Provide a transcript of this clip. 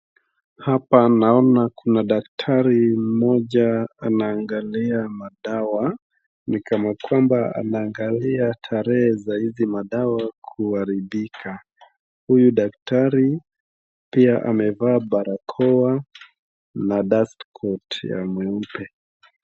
Hapa naona kuna daktari mmoja anaangalia madawa ni kana kwamba anaangalia tarehe ya hizi madawa kuharibika huyu daktari pia amevaa barakao na dust coat ya meupe.